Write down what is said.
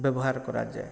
ବ୍ୟବହାର କରାଯାଏ